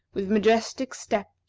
with majestic step,